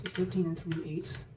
thirteen three eight.